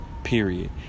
period